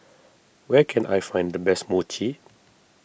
where can I find the best Mochi